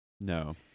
no